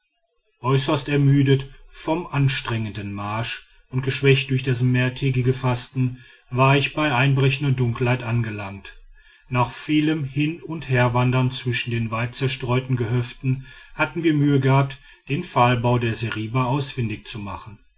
äußerst ermüdet vom anstrengenden marsch und geschwächt durch das mehrtägige fasten war ich bei einbrechender dunkelheit angelangt nach vielem hin und herwandern zwischen den weitzerstreuten gehöften hatten wir mühe gehabt den pfahlbau der seriba ausfindig zu machen